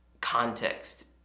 context